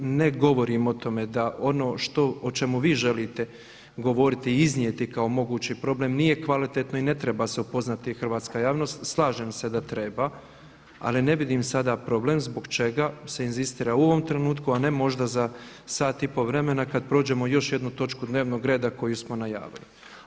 Ne govorim o tome da ono o čemu vi želite govoriti i iznijeti kao mogući problem nije kvalitetno i ne treba se upoznati hrvatska javnost, slažem se da treba, ali ne vidim sada problem zbog čega se inzistira u ovom trenutku, a ne možda za sat i pol vremena kad prođemo još jednu točku dnevnog reda koju smo najavili.